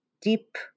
deep